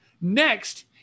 Next